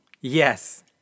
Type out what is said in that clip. Yes